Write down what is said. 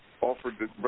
offered